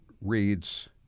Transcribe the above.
reads